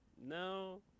No